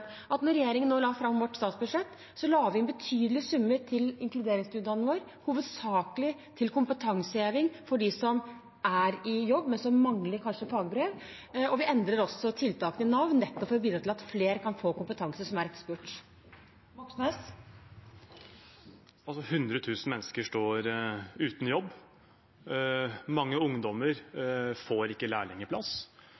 at da regjeringen la fram sitt statsbudsjett, la vi inn betydelige summer til inkluderingsdugnaden vår, hovedsakelig til kompetanseheving for dem som er i jobb, men som kanskje mangler fagbrev. Vi endrer også tiltakene i Nav, nettopp for å bidra til at flere kan få kompetanse som er etterspurt. Det blir oppfølgingsspørsmål – først Bjørnar Moxnes. 100 000 mennesker står uten jobb. Mange ungdommer